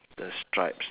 the stripes